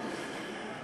אני אענה.